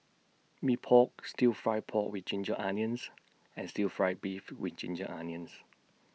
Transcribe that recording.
Mee Pok Stir Fried Pork with Ginger Onions and Stir Fry Beef with Ginger Onions